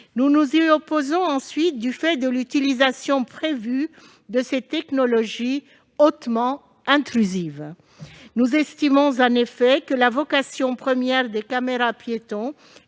Nous y sommes opposés ensuite du fait de l'utilisation prévue de ces technologies hautement intrusives. En effet, nous estimons que la vocation première des caméras-piétons